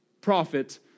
prophet